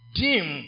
dim